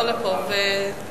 בוא לפה ותענה.